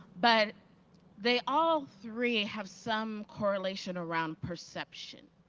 but they all three have some correlation around perception.